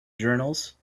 journals